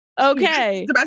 Okay